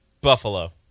Buffalo